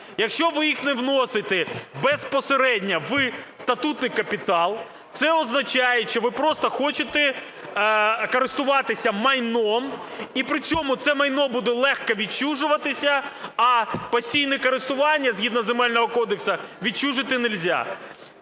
Якщо ви їх не вносите безпосередньо в статутний капітал, це означає, що ви просто хочете користуватися майном, і при цьому це майно буде легко відчужуватися, а постійне користування, згідно Земельного кодексу, відчужити не